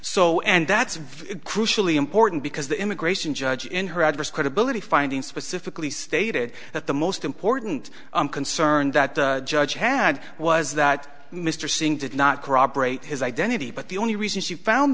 so and that's very crucially important because the immigration judge in her address credibility finding specifically stated that the most important i'm concerned that the judge had was that mr singh did not corroborate his identity but the only reason she found